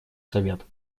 совет